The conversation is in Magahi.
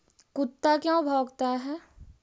कुत्ता क्यों भौंकता है?